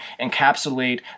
encapsulate